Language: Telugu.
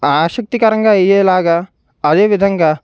ఆసక్తికరంగా అయ్యేలాగా అదేవిధంగా